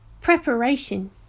Preparation